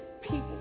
people